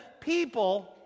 people